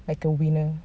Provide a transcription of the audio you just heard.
like a winner